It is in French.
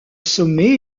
sommet